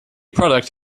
product